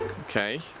okay.